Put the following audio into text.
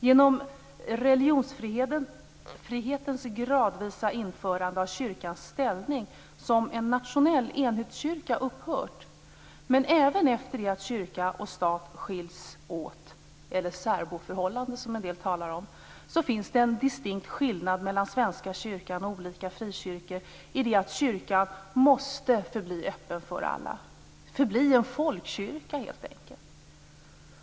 Genom religionsfrihetens gradvisa införande har kyrkans ställning som en nationell enhetskyrka upphört. Men även efter det att kyrkan och staten skiljs åt - en del talar om ett särboförhållande - finns det en distinkt skillnad mellan svenska kyrkan och olika frikyrkor genom att kyrkan måste förbli öppen för alla och helt enkelt förbli en folkkyrka.